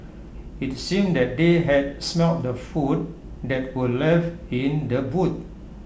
IT seemed that they had smelt the food that were left in the boot